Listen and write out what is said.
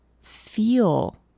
feel